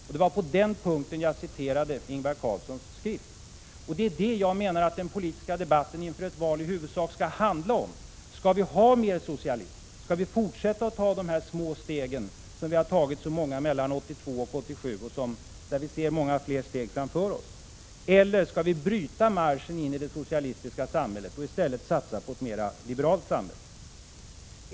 Och det var på den punkten som jag citerade Ingvar Carlssons skrift. Vad den politiska debatten inför ett val i huvudsak skall handla om är huruvida vi skall ha mer socialism, om vi skall fortsätta att ta dessa små steg som vi har tagit så många av åren 1982—1987 — och där vi ser många fler steg framför oss — eller om vi skall avbryta marschen in i det socialistiska samhället och i stället satsa på ett mera liberalt samhälle.